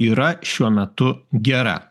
yra šiuo metu gera